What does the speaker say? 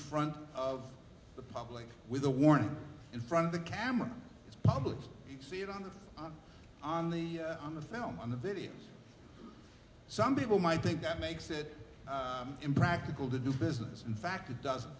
front of the public with a warning in front of the camera it's public see it on the on the on the film on the video some people might think that makes it impractical to do business in fact it doesn't